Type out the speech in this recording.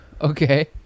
Okay